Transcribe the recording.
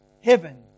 heaven